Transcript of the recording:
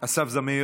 אסף זמיר,